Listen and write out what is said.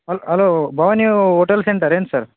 ಹಲ್ hello Bhavani hotel centre ಏನು sir